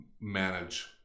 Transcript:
manage